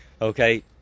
Okay